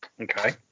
Okay